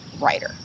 Writer